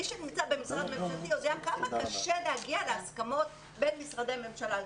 מי שנמצא במשרד ממשלתי יודע כמה קשה להגיע להסכמות בין משרדי ממשלה.